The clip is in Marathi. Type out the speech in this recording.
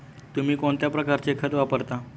तुम्ही कोणत्या प्रकारचे खत वापरता?